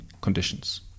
conditions